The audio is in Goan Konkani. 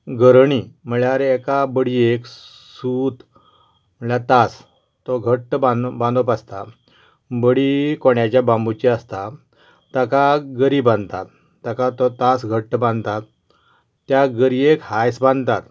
गरोवणी म्हणल्यार एका बडयेक सूत म्हणल्यार तांस तो घट्ट बांदप आसता बडी कोण्याच्या बांबूची आसता ताका गरी बांदतात ताका तो तांस घट्ट बांदतात त्या गरयेक हांयस बांदतात